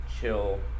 chill